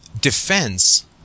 defense